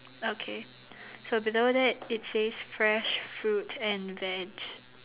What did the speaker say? okay so below that it says fresh fruits and veg